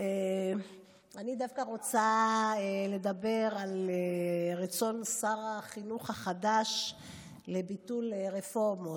אני דווקא רוצה לדבר על רצון שר החינוך החדש לביטול רפורמות.